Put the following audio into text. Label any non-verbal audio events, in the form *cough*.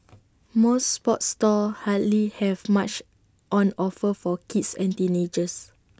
*noise* most sports stores hardly have much on offer for kids and teenagers